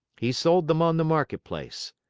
he sold them on the market place.